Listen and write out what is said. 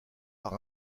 par